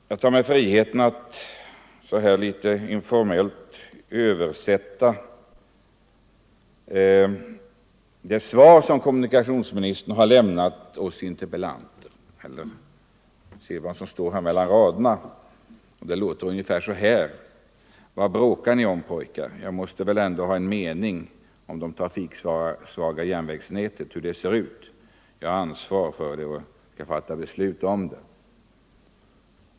Jag tar mig sedan friheten att litet informellt översätta det svar kommunikationsministern lämnat oss interpellanter — jag försöker läsa mellan raderna, och det blir ungefär så här: Vad bråkar ni om pojkar? Jag måste väl ändå ha en mening om det trafiksvaga järnvägsnätet och om hur det ser ut. Jag har ansvar för det, och jag skall fatta beslut om det.